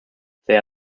there